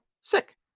sick